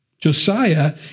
Josiah